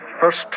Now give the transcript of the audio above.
first